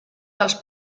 dels